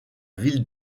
ville